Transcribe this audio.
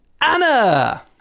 Anna